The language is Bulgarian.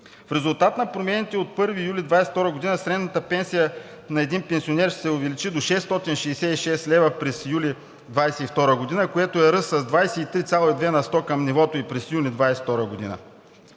В резултат на промените от 1 юли 2022 г. средната пенсия на един пенсионер ще се увеличи до 666 лв. през юли 2022 г., което е ръст с 23,2% към нивото ѝ през юни 2022 г.